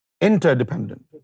interdependent